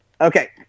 Okay